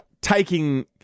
taking